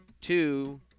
two